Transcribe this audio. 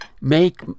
make